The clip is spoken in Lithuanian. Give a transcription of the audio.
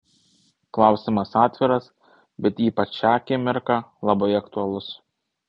klausimas atviras bet ypač šią akimirką labai aktualus